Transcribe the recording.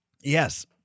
Yes